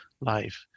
life